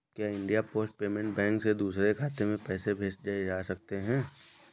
क्या India Post Payment Bank से दूसरे खाते में पैसे भेजे जा सकते हैं?